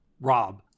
Rob